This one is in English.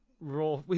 raw